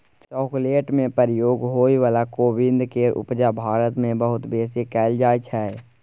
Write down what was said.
chocolate में प्रयोग होइ बला कोविंद केर उपजा भारत मे बहुत बेसी कएल जाइ छै